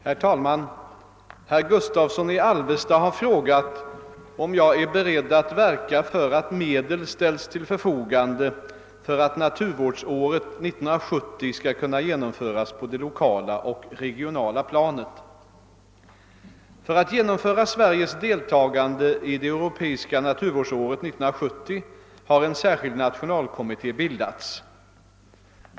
Herr talman! Herr Gustavsson i Alvesta har frågat om jag är beredd att verka för att medel ställs till förfogande för att naturvårdsåret 1970 skall kunna genomföras på det lokala och regionala planet. För att genomföra Sveriges deltagande i det europeiska naturvårdsåret 1970 har en särskild nationalkommitté bildats.